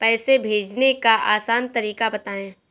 पैसे भेजने का आसान तरीका बताए?